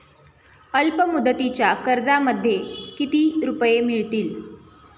अल्पमुदतीच्या कर्जामध्ये किती रुपये मिळतील?